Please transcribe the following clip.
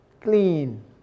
Clean